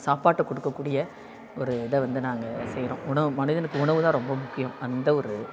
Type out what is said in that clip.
சாப்பாட்டை கொடுக்கக்கூடிய ஒரு இதை வந்து நாங்கள் செய்கிறோம் உணவு மனிதனுக்கு உணவு தான் ரொம்ப முக்கியம் அந்த ஒரு